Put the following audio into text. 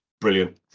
brilliant